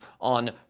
on